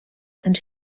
and